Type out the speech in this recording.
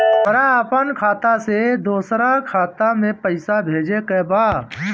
हमरा आपन खाता से दोसरा खाता में पइसा भेजे के बा